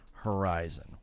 Horizon